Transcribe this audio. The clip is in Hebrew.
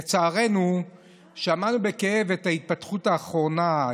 לצערנו שמענו בכאב את ההתפתחות האחרונה,